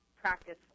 practice